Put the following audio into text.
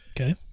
Okay